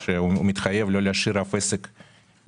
על כך שהוא מתחייב לא להשאיר אף עסק מאחור.